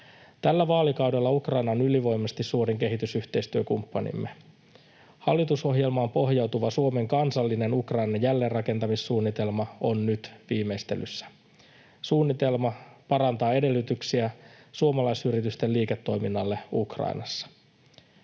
Tällä vaalikaudella Ukraina on ylivoimaisesti suurin kehitysyhteistyökumppanimme. Hallitusohjelmaan pohjautuva Suomen kansallinen Ukrainan jälleenrakentamissuunnitelma on nyt viimeistelyssä. Suunnitelma parantaa edellytyksiä suomalaisyritysten liiketoiminnalle Ukrainassa.